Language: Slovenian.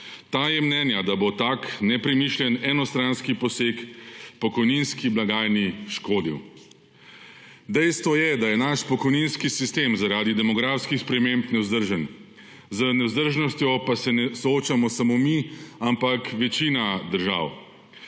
Ta je mnenja, da bo tak nepremišljen enostranski poseg pokojninski blagajni škodil. Dejstvo je, da je naš pokojninski sistem zaradi demografskih sprememb nevzdržen. Z nevzdržnostjo pa se ne soočamo samo mi, ampak večina držav.